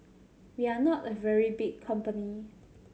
we are not a very big company